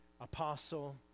apostle